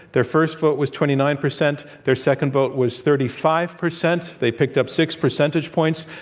their first vote was twenty nine percent, their second vote was thirty five percent. they picked up six percentage points,